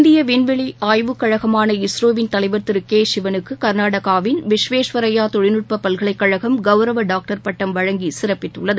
இந்திய விண்வெளி ஆய்வுக்கழகமான இஸ்ரோவின் தலைவர் திரு கே சிவனுக்கு கர்நாடகாவின் விஸ்வேஸ்வரய்யா தொழில்நுட்ப பல்கலைக்கழகம் கௌரவ டாக்டர் பட்டம் வழங்கி சிறப்பித்துள்ளது